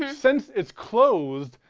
you know since it's closed,